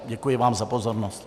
Děkuji vám za pozornost.